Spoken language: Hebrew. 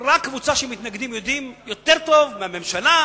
רק קבוצה של מתנגדים יודעים יותר טוב מהממשלה,